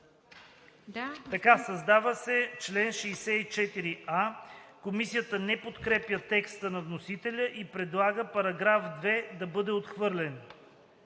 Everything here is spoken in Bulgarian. деца.“ Създава се чл. 64а. Комисията не подкрепя текста на вносителя и предлага § 2 да бъде отхвърлен.